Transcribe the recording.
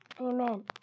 Amen